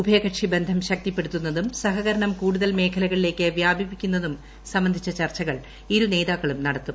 ഉഭയകക്ഷി ബന്ധം ശക്തിപ്പെടുത്തുന്നതും സഹകരണം കൂടുതൽ മേഖലകളിലേക്ക് വ്യാപിപ്പിക്കുന്നതു സംബന്ധിച്ച ചർച്ചകൾ ഇരുനേതാക്കളും നടത്തും